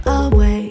away